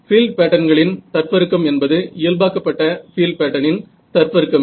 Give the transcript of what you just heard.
field பேட்டர்ன்களின் தற்பெருக்கம் என்பது இயல்பாக்கப்பட்ட பீல்ட் பேட்டர்னின் தற்பெருக்கமே